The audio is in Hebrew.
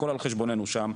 הכול על חשבוננו שם.